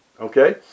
Okay